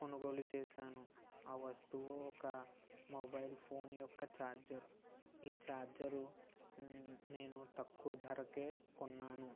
కొనుగోలు చేశాను ఆ వస్తువు ఒక మొబైల్ ఫోన్ యొక్క ఛార్జర్ ఈ ఛార్జరు నేను తక్కువ ధరకే కొన్నాను